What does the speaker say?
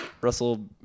Russell